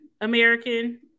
American